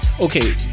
okay